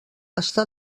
està